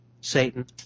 Satan